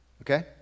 okay